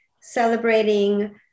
celebrating